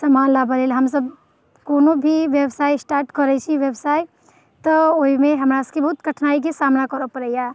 सामान लबैलए हमसब कोनो भी बेवसाइ स्टार्ट करै छी बेवसाइ तऽ ओहिमे हमरासबके बहुत कठिनाइके सामना करऽ पड़ैए